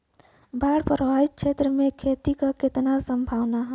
बाढ़ प्रभावित क्षेत्र में खेती क कितना सम्भावना हैं?